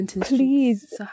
please